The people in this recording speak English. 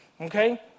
okay